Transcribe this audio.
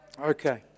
okay